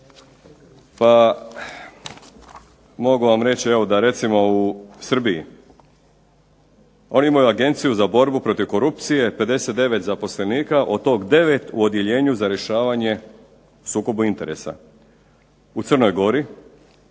Mogu vam reći da recimo u Srbiji oni imaju Agenciju za borbu protiv korupcije 59 zaposlenika, od toga 9 u odjeljenju za rješavanje sukoba interesa. U Crnoj gori